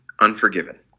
Unforgiven